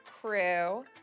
crew